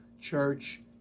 church